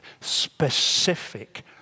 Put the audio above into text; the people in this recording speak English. specific